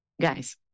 Guys